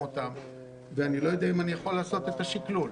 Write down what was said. שגית,